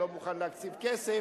אני לא מוכן להקציב כסף,